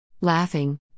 Laughing